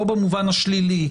לא במובן השלילי,